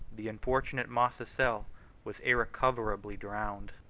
the unfortunate mascezel was irrecoverably drowned.